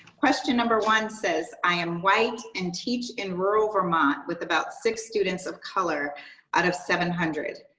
question number one says, i am white and teach in rural vermont with about six students of color out of seven hundred.